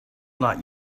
not